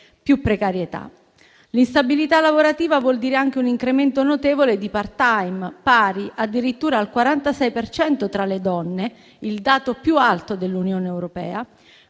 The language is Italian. più precarietà. L'instabilità lavorativa vuol dire anche un incremento notevole di *part-time*, pari addirittura al 46 per cento tra le donne, il dato più alto dell'Unione europea,